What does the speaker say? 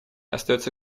остается